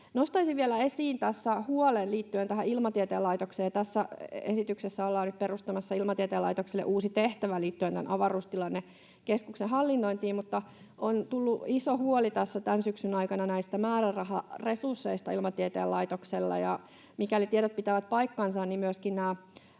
Nostaisin vielä esiin tässä huolen liittyen tähän Ilmatieteen laitokseen. Tässä esityksessä ollaan perustamassa Ilmatieteen laitokselle uusi tehtävä liittyen avaruustilannekeskuksen hallinnointiin, mutta on tullut iso huoli tämän syksyn aikana näistä määräraharesursseista Ilmatieteen laitoksella. Mikäli tiedot pitävät paikkansa,